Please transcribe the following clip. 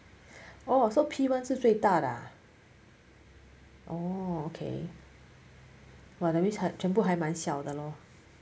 oh so P one 是最大的 ah oh okay !wah! that means 全部都还蛮小的 lor